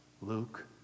Luke